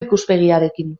ikuspegiarekin